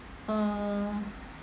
uh